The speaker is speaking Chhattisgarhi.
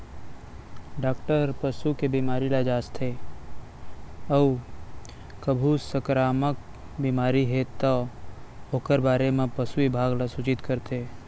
डॉक्टर हर पसू के बेमारी ल जांचथे अउ कभू संकरामक बेमारी हे तौ ओकर बारे म पसु बिभाग ल सूचित करथे